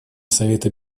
совета